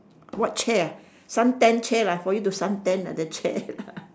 what chair ah sun tan chair lah for you to sun tan at the chair lah